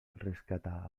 rescata